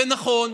ונכון,